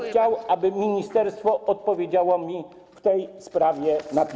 Chciałbym, aby ministerstwo odpowiedziało mi w tej sprawie na piśmie.